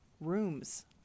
rooms